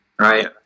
Right